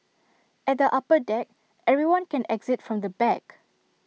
at the upper deck everyone can exit from the back